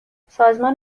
سازمان